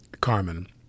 Carmen